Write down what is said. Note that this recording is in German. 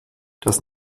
das